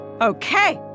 Okay